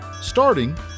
starting